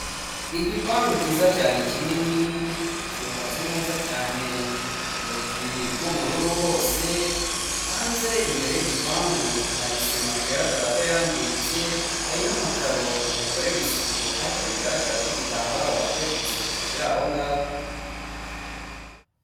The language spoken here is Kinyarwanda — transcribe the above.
Igipangu cyiza cyane kinini cyubatse neza cyane. Urugi rw'ubururu hose hanze imbere y'ipangu hari isima bigaragara ko yangiritse hari n'amakaro yakorewe isuku ariko bigaragara ko igitambaro bakoresheje isuku ki kiri aho ngaho.